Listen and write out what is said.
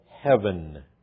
heaven